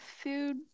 food